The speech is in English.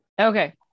Okay